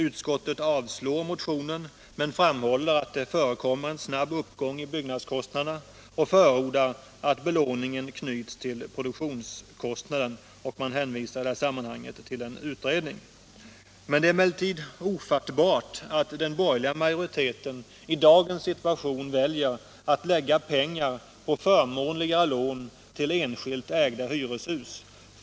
Utskottet avstyrker motionen men framhåller att det förekommer en snabb uppgång i byggkostnaderna och förordar att belåningen knyts till produktionskostnaden. I det sammanhanget hänvisar man till en utredning. Det är emellertid ofattbart att den borgerliga majoriteten i dagens situation väljer att lägga pengar på förmånligare lån till enskilt ägda hyreshus.